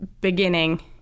beginning